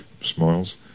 smiles